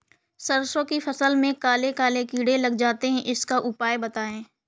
सरसो की फसल में काले काले कीड़े लग जाते इसका उपाय बताएं?